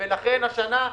לכן השנה,